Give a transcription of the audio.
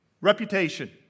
reputation